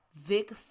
Vic